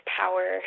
power